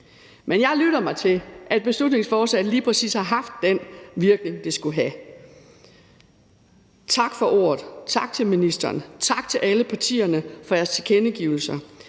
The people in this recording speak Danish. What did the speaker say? Men jeg lytter mig til, at beslutningsforslaget lige præcis har haft den virkning, det skulle have. Tak for ordet, tak til ministeren, og tak til alle partierne for jeres tilkendegivelser.